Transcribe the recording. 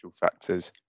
factors